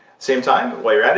same time, while you're at it,